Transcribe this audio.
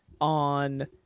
on